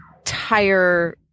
entire